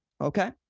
Okay